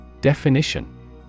Definition